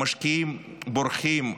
המשקיעים בורחים,